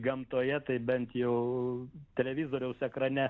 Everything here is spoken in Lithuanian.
gamtoje tai bent jau televizoriaus ekrane